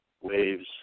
waves